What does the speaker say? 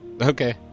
Okay